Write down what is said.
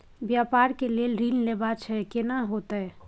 व्यापार के लेल ऋण लेबा छै केना होतै?